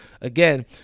again